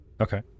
Okay